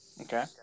Okay